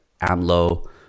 AMLO